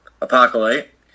Apocalypse